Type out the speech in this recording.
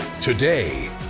Today